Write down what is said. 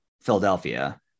Philadelphia